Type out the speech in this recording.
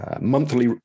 monthly